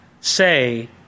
say